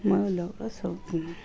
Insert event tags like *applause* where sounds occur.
*unintelligible*